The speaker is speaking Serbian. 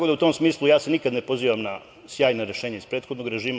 U tom smislu, ja se nikada ne pozivam na sjajna rešenja iz prethodnog režima.